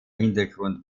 hintergrund